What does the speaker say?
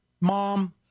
mom